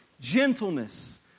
gentleness